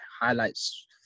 highlights